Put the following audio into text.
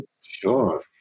Sure